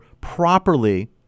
properly